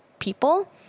people